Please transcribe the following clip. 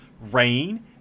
rain